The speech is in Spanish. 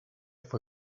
fue